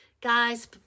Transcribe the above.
guys